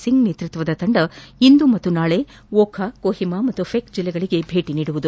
ಸಿಂಗ್ ನೇತೃತ್ವದ ತಂಡ ಇಂದು ಮತ್ತು ನಾಳೆ ವೋಖಾ ಕೊಹಿಮಾ ಮತ್ತು ಫೆಕ್ ಜಿಲ್ಲೆಗಳಿಗೆ ಭೇಟಿ ನೀಡಲಿದೆ